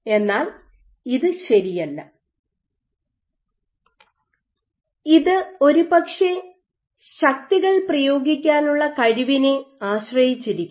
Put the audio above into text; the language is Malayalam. എന്നാൽ ഇത് ശരിയല്ല ഇത് ഒരുപക്ഷേ ശക്തികൾ പ്രയോഗിക്കാനുള്ള കഴിവിനെ ആശ്രയിച്ചിരിക്കുന്നു